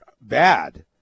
bad